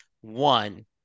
one